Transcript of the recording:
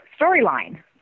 storyline